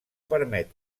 permet